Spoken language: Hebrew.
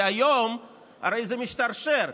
כי היום זה הרי משתרשר,